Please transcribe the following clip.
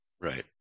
Right